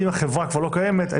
החברה כבר לא קיימת,